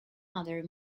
other